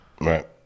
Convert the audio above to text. Right